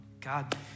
God